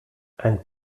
ein